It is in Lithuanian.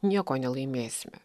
nieko nelaimėsime